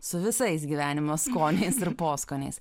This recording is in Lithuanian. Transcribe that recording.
su visais gyvenimo skoniais ir poskoniais